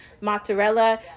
mozzarella